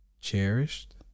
cherished